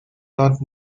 not